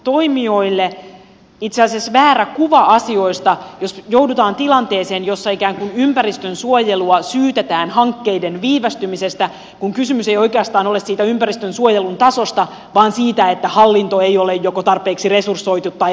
elinkeinotoimijoille itse asiassa syntyy väärä kuva asioista jos joudutaan tilanteeseen jossa ikään kuin ympäristönsuojelua syytetään hankkeiden viivästymisestä kun kysymys ei oikeastaan ole ympäristönsuojelun tasosta vaan siitä että hallinto ei ole joko tarpeeksi resursoitu tai riittävän hyvin organisoitu